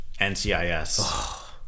NCIS